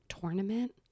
tournament